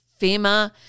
FEMA